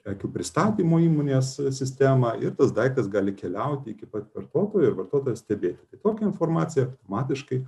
prekių pristatymo įmonės sistemą ir tas daiktas gali keliauti iki pat vartotojo ir vartotojas stebėti tai tokią informaciją automatiškai